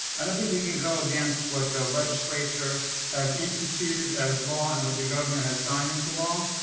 i don't think we can go against what the legislature have instituted as law and what the governor has signed into law.